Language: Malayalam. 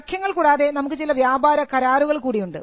സഖ്യങ്ങൾ കൂടാതെ നമുക്ക് ചില വ്യാപാര കരാറുകൾ കൂടിയുണ്ട്